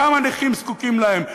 כמה נכים זקוקים להן,